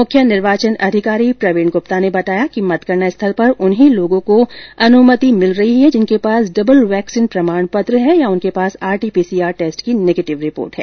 मुख्य निर्वाचन अधिकारी प्रवीण गुप्ता ने बताया कि मतगणना स्थल पर उन्हीं लोगों को अनुमति मिल रही है जिनके पास डबल वैक्सीन प्रमाण पत्र है या उनके पास आरटीपीसीआर टेस्ट की नेगेटिव रिपोर्ट है